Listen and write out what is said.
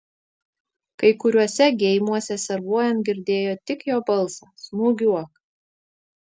kai kuriuose geimuose servuojant girdėjo tik jo balsą smūgiuok